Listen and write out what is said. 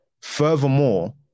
Furthermore